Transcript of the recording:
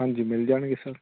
ਹਾਂਜੀ ਮਿਲ ਜਾਣਗੇ ਸਰ